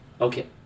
Okay